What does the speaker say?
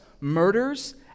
murders